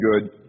good